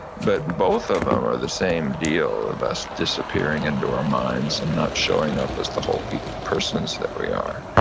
but both of them are the same deal of us disappearing into our minds and not showing up as the whole persons that we are.